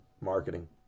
marketing